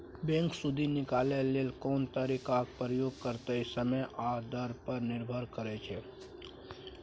bank सुदि निकालय लेल कोन तरीकाक प्रयोग करतै समय आ दर पर निर्भर करै छै